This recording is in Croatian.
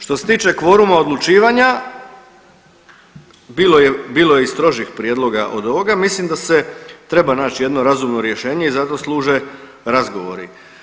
Što se tiče kvoruma odlučivanja, bilo je i strožih prijedloga od ovoga, mislim da se treba naći jedno razumno rješenje i zato služe razgovori.